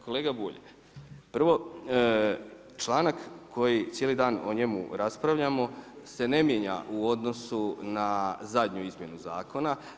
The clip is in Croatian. Kolega Bulj, prvo članak koji cijeli dan o njemu raspravljamo se ne mijenja u odnosu na zadnju izmjenu zakona.